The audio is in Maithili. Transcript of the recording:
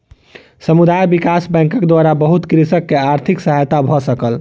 समुदाय विकास बैंकक द्वारा बहुत कृषक के आर्थिक सहायता भ सकल